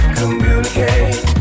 communicate